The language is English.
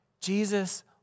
Jesus